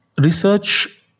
Research